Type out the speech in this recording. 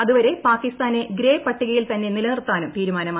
അതുവരെ പാകിസ്ഥാനെ ഗ്രേ പട്ടികയിൽ തന്നെ നിലനിർത്താനും തീരുമാനമായി